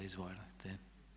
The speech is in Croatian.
Izvolite.